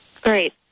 Great